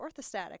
orthostatic